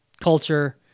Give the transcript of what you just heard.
culture